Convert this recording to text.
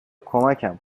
کمکم